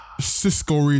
Cisco